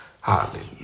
Hallelujah